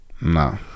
No